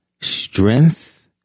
Strength